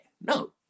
No